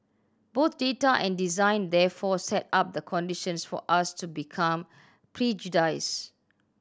both data and design therefore set up the conditions for us to become prejudiced